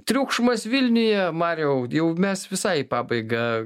triukšmas vilniuje mariau jau mes visai į pabaigą